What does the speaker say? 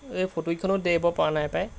এই ফটো কেইখনো দিব পৰা নাই পায়